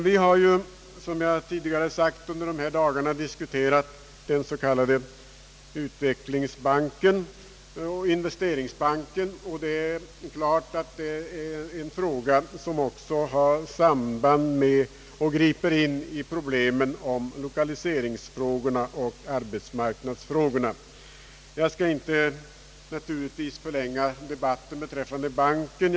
Vi har ju, som jag tidigare har sagt, under dessa dagar diskuterat den s.k. utvecklingsbanken eller investeringsbanken. Det är en fråga som även har samband med och griper in i utvecklingsfrågorna och arbetsmarknadsfrågorna. Jag skall naturligtvis inte förlänga debatten beträffande banken.